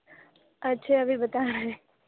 اچھا ابھی بتا رہے